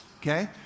Okay